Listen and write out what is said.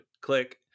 Click